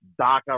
DACA